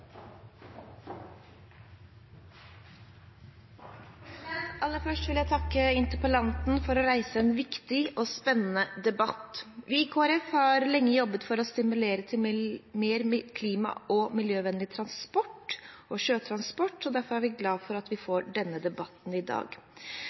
Aller først vil jeg takke interpellanten for å reise en viktig og spennende debatt. Vi i Kristelig Folkeparti har lenge jobbet for å stimulere til mer klima- og miljøvennlig transport, også sjøtransport, og derfor er vi glad for at vi